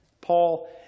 Paul